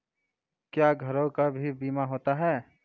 क्या घरों का भी बीमा होता हैं?